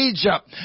Egypt